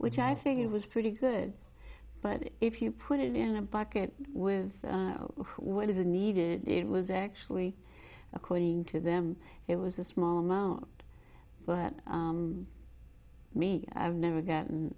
which i think it was pretty good but if you put it in a bucket with what he needed it was actually according to them it was a small amount but me i've never gotten